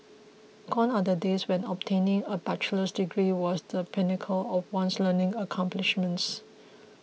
gone are the days when obtaining a bachelor's degree was the pinnacle of one's learning accomplishments